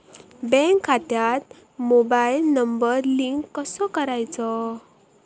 Bank खात्यात mobile number link कसो करायचो?